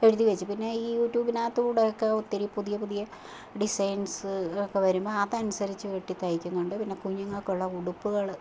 എഴുതി വെച്ച് പിന്നെ ഈ യൂട്യൂബിനകത്തു കൂടൊക്കെ ഒത്തിരി പുതിയ പുതിയ ഡിസൈന്സ് ഒക്കെ വരുമ്പോൾ അതനുസരിച്ചു വെട്ടി തയ്ക്കുന്നുണ്ട് പിന്നെ കുഞ്ഞുങ്ങൾക്ക് ഉള്ള ഉടുപ്പുകൾ